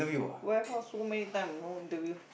warehouse so many time no interview